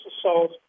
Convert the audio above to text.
assault